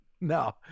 No